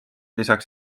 lisaks